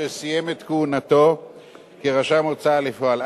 שסיים את כהונתו כרשם הוצאה לפועל,